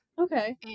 okay